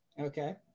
Okay